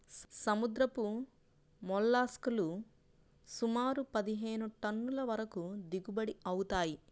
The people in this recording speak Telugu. సముద్రపు మోల్లస్క్ లు సుమారు పదిహేను టన్నుల వరకు దిగుబడి అవుతాయి